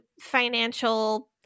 financial